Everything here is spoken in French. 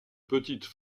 petite